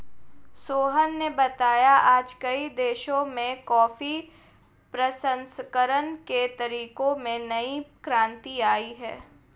सोहन ने बताया आज कई देशों में कॉफी प्रसंस्करण के तरीकों में नई क्रांति आई है